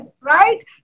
right